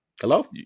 Hello